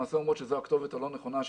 למעשה אומרות שזו הכתובת הלא נכונה הלא נכונה